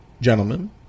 gentlemen